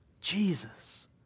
Jesus